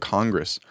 Congress